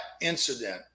incident